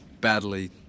badly